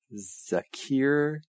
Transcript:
Zakir